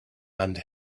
and